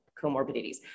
comorbidities